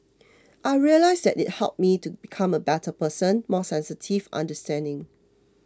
I realised that it helped me to become a better person more sensitive understanding